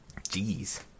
jeez